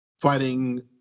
fighting